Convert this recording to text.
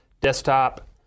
desktop